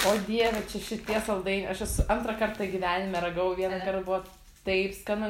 o dieve čia šitie saldainiai aš esu antrą kartą gyvenime ragavau vienąkart buvo taip skanu